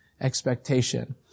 expectation